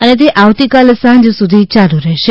અને તે આવતી કા લ સાંજ સુધી યાલુ રહેશે